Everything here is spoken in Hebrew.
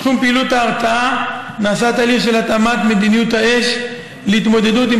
בתחום פעילות ההרתעה נעשה תהליך של התאמת מדיניות האש להתמודדות עם